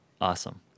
Awesome